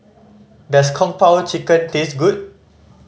does Kung Po Chicken taste good